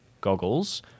goggles